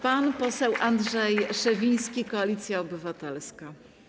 Pan poseł Andrzej Szewiński, Koalicja Obywatelska.